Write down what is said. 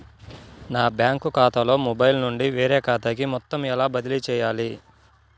నా బ్యాంక్ ఖాతాలో మొబైల్ నుండి వేరే ఖాతాకి మొత్తం ఎలా బదిలీ చేయాలి?